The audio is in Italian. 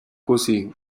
così